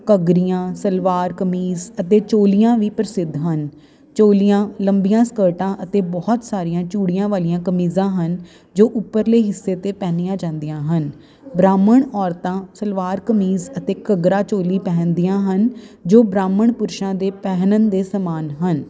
ਘੱਗਰੀਆਂ ਸਲਵਾਰ ਕਮੀਜ਼ ਅਤੇ ਚੋਲੀਆਂ ਵੀ ਪ੍ਰਸਿੱਧ ਹਨ ਚੋਲੀਆਂ ਲੰਬੀਆਂ ਸਕਰਟਾਂ ਅਤੇ ਬਹੁਤ ਸਾਰੀਆਂ ਚੂੜੀਆਂ ਵਾਲੀਆਂ ਕਮੀਜ਼ਾਂ ਹਨ ਜੋ ਉੱਪਰਲੇ ਹਿੱਸੇ 'ਤੇ ਪਹਿਨੀਆਂ ਜਾਂਦੀਆਂ ਹਨ ਬ੍ਰਾਹਮਣ ਔਰਤਾਂ ਸਲਵਾਰ ਕਮੀਜ਼ ਅਤੇ ਘੱਗਰਾ ਚੋਲੀ ਪਹਿਨਦੀਆਂ ਹਨ ਜੋ ਬ੍ਰਾਹਮਣ ਪੁਰਸ਼ਾਂ ਦੇ ਪਹਿਨਣ ਦੇ ਸਮਾਨ ਹਨ